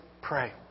pray